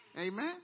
Amen